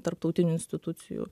tarptautinių institucijų